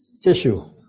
tissue